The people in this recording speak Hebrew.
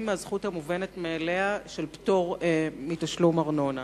מהזכות המובנת מאליה של פטור מתשלום ארנונה.